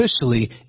officially